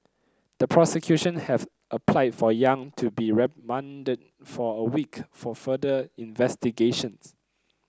the prosecution have applied for Yang to be remanded for a week for further investigations